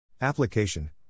Application